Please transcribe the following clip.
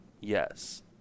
Yes